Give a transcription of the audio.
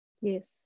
Yes